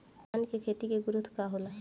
धान का खेती के ग्रोथ होला?